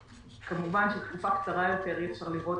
כמובן שתקופה קצרה יותר אי אפשר לראות